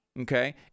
okay